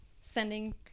sending